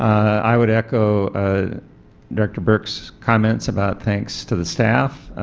i would echo ah director burke's comments about thanks to the staff,